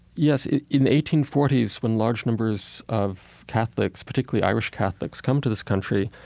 yes, in the eighteen forty s, when large numbers of catholics, particularly irish catholics, come to this country